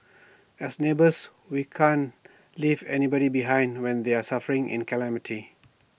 as neighbours we can't leave anybody behind when they're suffering in A calamity